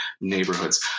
neighborhoods